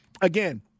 again